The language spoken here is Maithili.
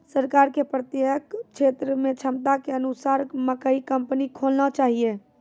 सरकार के प्रत्येक क्षेत्र मे क्षमता के अनुसार मकई कंपनी खोलना चाहिए?